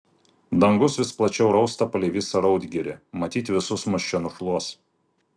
dangus vis plačiau rausta palei visą raudgirį matyt visus mus čia nušluos